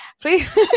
please